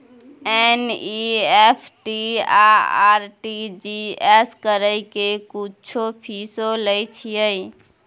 NEFT आ RTGS करै के कुछो फीसो लय छियै?